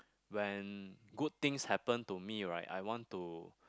when good things happened to me right I want to